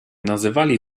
nazywali